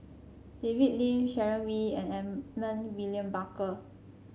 David Lim Sharon Wee and Edmund William Barker